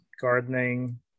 gardening